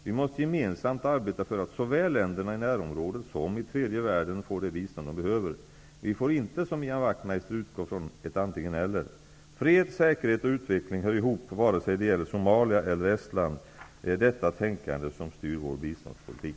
Vi måste gemensamt arbeta för att såväl länderna i närområdet som i tredje världen får det bistånd de behöver. Vi får inte, som Ian Wachtmeister, utgå från ett antingen eller. Fred, säkerhet och utveckling hör ihop vare sig det gäller Somalia eller Estland. Det är detta tänkande som styr vår biståndspolitik.